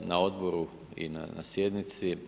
na odboru i na sjednici.